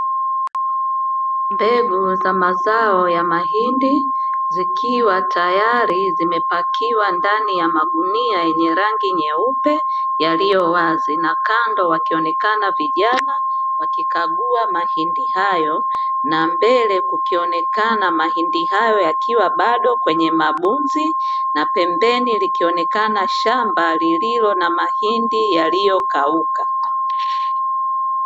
Mbegu za mazao ya mahindi zikiwa tayari zimepakiwa ndani ya magunia yenye rangi nyeupe yaliyo wazi, na kando wakionekana vijana wakikagua mahindi hayo, na mbele kukionekana mahindi hayo yakiwa bado kwenye maboksi, na pembeni likionekana shamba lililo na mahindi yaliyokauka.